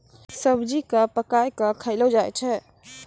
सब्जी क पकाय कॅ खयलो जाय छै